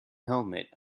helmet